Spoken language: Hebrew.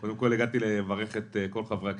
-- הגעתי לברך את כל חברי הכנסת.